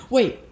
Wait